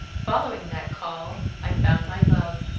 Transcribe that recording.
following that call, i found my love,